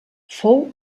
fou